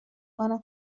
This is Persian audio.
کنم